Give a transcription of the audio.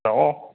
hello